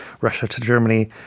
Russia-to-Germany